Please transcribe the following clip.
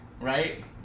right